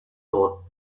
thought